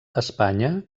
espanya